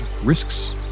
risks